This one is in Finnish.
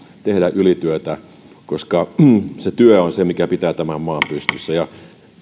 tehdä ylityötä koska se työ on se mikä pitää tämän maan pystyssä ja